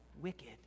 wicked